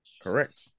Correct